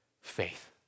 faith